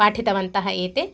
पाठितवन्तः एते